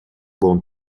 buon